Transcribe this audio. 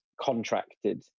contracted